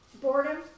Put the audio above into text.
Boredom